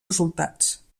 resultats